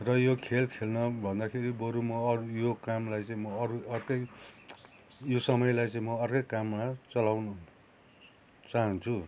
र यो खेल खेल्न भन्दाखेरि बरु म अरू यो कामलाई चाहिँ म अरू अर्कै यो समयलाई चाहिँ म अर्कै काममा चलाउनु चाहन्छु